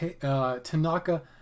Tanaka